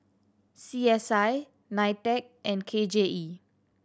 C S I NITEC and K J E